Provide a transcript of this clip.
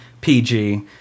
PG